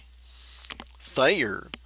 Thayer